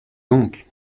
donc